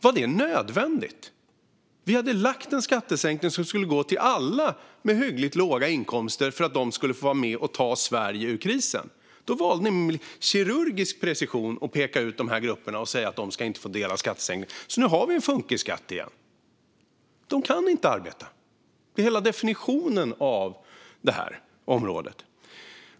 Var det nödvändigt? Vi hade lagt en skattesänkning som skulle gå till alla med hyggligt låga inkomster för att de skulle få vara med och ta Sverige ur krisen. Men då valde ni att med kirurgisk precision peka ut de här grupperna och säga att de inte ska få ta del av skattesänkningen, och så har vi nu en funkisskatt igen. De kan inte arbeta. Det är hela definitionen av det här området.